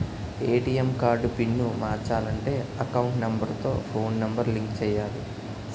ATM card pin మార్చాలంటే account number తో phone number link చేయాలి